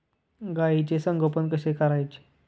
गाईचे संगोपन कसे करायचे?